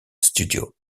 studio